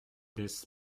dès